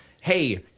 hey